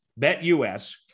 BetUS